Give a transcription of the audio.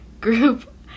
group